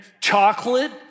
chocolate